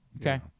Okay